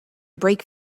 brake